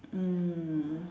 mm